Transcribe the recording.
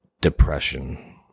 Depression